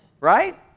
right